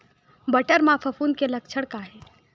बटर म फफूंद के लक्षण का हे?